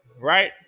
right